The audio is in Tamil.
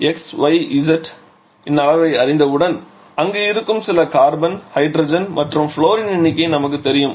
X y மற்றும் z இன் அளவை அறிந்தவுடன் அங்கு இருக்கும் சில கார்பன் ஹைட்ரஜன் மற்றும் ஃப்ளோரின் எண்ணிக்கை நமக்குத் தெரியும்